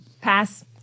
Pass